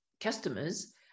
customers